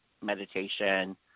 meditation